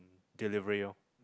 delivery ah